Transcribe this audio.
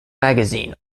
magazine